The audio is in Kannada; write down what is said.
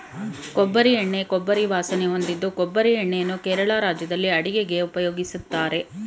ಕೊಬ್ಬರಿ ಎಣ್ಣೆ ಕೊಬ್ಬರಿ ವಾಸನೆ ಹೊಂದಿದ್ದು ಕೊಬ್ಬರಿ ಎಣ್ಣೆಯನ್ನು ಕೇರಳ ರಾಜ್ಯದಲ್ಲಿ ಅಡುಗೆಗೆ ಉಪಯೋಗಿಸ್ತಾರೆ